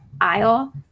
aisle